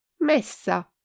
Messa